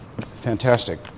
fantastic